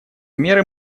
меры